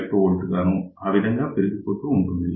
21 μV గా ఆ విధంగా పెరుగుతూ పోతుంది